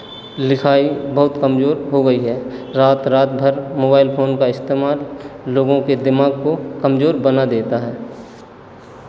लिखाई बहुत कमज़ोर हो गई है रात रात भर मोबाइल फ़ोन का इस्तेमाल लोगों के दिमाग को कमज़ोर बना देता है